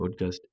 podcast